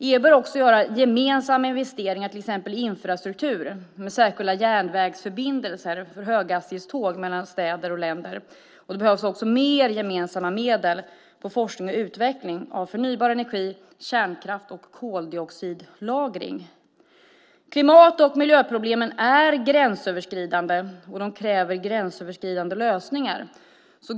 EU bör också göra gemensamma investeringar i till exempel infrastruktur med särskilda järnvägsförbindelser för höghastighetståg mellan städer och länder. Det behövs också mer gemensamma medel för forskning och utveckling av förnybar energi, kärnkraft och koldioxidlagring. Klimat och miljöproblemen är gränsöverskridande och kräver gränsöverskridande lösningar.